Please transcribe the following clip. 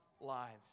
lives